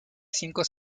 cinco